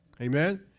Amen